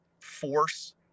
force